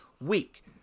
week